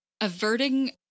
averting